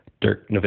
Dirk